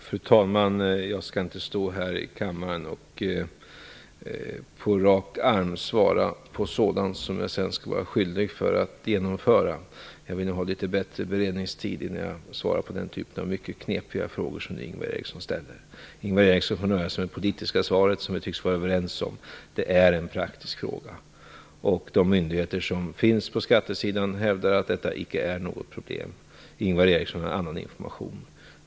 Fru talman! Jag vill inte stå här i kammaren och på rak arm svara på sådant som jag sedan skall vara skyldig att genomföra. Jag vill nog ha litet bättre beredningstid innan jag svarar på den typen av mycket knepiga frågor som Ingvar Eriksson ställer. Invar Eriksson får nöja sig med det politiska svaret, som vi tycks vara överens om. Det är en praktisk fråga. De myndigheter som finns på skattesidan hävdar att detta icke är något problem. Ingvar Eriksson har annan information.